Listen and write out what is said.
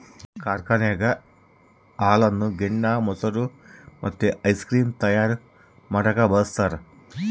ಕಾರ್ಖಾನೆಗ ಹಾಲನ್ನು ಗಿಣ್ಣ, ಮೊಸರು ಮತ್ತೆ ಐಸ್ ಕ್ರೀಮ್ ತಯಾರ ಮಾಡಕ ಬಳಸ್ತಾರ